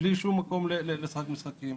בלי שום מקום לשחק משחקים.